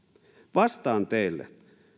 vastaan teille